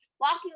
Walking